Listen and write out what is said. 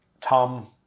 tom